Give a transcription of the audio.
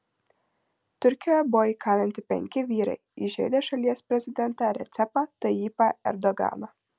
turkijoje buvo įkalinti penki vyrai įžeidę šalies prezidentą recepą tayyipą erdoganą